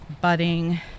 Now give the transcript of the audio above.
budding